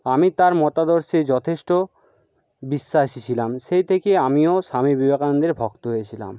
আমি তার মতাদর্শে যথেষ্ট বিশ্বাসী ছিলাম সেই থেকে আমিও স্বামী বিবেকানন্দের ভক্ত হয়েছিলাম